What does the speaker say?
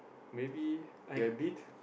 maybe rabbit